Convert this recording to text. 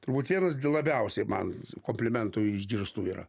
turbūt vienas labiausiai man komplimentų išgirstų yra